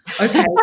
Okay